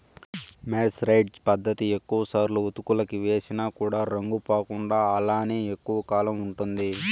mercerised పత్తి ఎక్కువ సార్లు ఉతుకులకి వేసిన కూడా రంగు పోకుండా అలానే ఎక్కువ కాలం ఉంటుంది